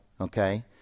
okay